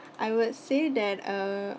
I would say that uh